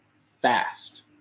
fast